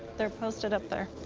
they're posted up there.